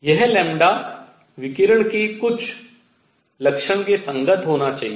यह विकिरण की कुछ लक्षण के संगत होना चाहिए